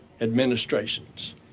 administrations